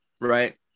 right